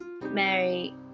Mary